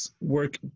work